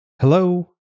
Hello